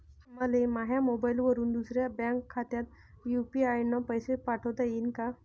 मले माह्या मोबाईलवरून दुसऱ्या बँक खात्यात यू.पी.आय न पैसे पाठोता येईन काय?